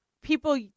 people